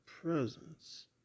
presence